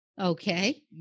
Okay